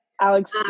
Alex